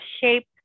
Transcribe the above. shape